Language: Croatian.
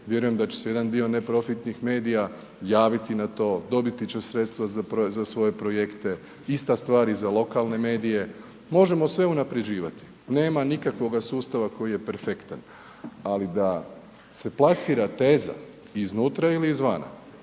vjerujem da će se jedan dio neprofitnih medija javiti na to, dobiti će sredstva za svoje projekte, ista stvar i za lokalne medije, možemo sve unaprjeđivati, nema nikakvoga sustava koji je perfektan, ali da se plasira teza iznutra ili iz vana